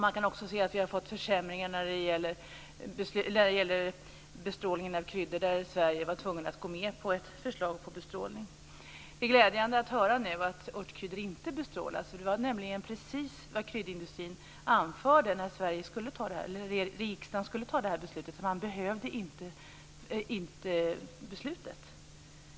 Man kan också se att det har blivit försämringar när det gäller bestrålningen av kryddor. Sverige var ju tvunget att gå med på ett förslag om bestrålning. Det är dock glädjande att nu höra att örtkryddor inte bestrålas. Vad kryddindustrin anförde när riksdagen skulle fatta beslut var nämligen att man inte behövde det beslutet.